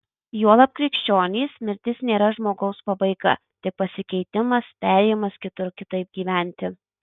juolab krikščionys mirtis nėra žmogaus pabaiga tik pasikeitimas perėjimas kitur kitaip gyventi